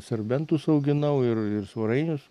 serbentus auginau ir ir svarainius